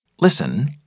Listen